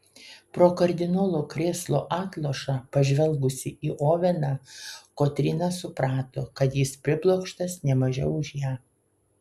pro kardinolo krėslo atlošą pažvelgusi į oveną kotryna suprato kad jis priblokštas ne mažiau už ją